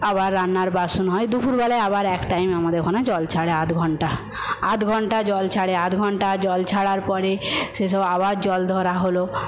আবার রান্নার বাসন হয় দুপুর বেলায় আবার এক টাইম আমাদের ওখানে জল ছাড়ে আধ ঘণ্টা আধ ঘণ্টা জল ছাড়ে আ ধঘণ্টা জল ছাড়ার পরে সে সব আবার জল ধরা হল